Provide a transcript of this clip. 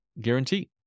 guarantee